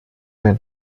dein